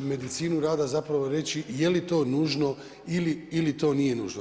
medicinu rada zapravo reći, je li to nužno ili to nije nužno.